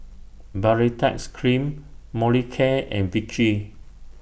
Baritex Cream Molicare and Vichy